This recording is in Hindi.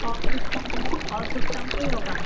और कुछ कम नहीं और कुछ कम नहीं होगा